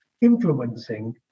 influencing